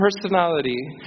personality